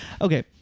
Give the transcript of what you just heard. Okay